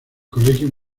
colegio